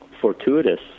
fortuitous